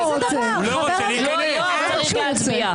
חברים, לא להפריע.